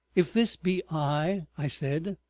if this be i, i said,